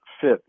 fit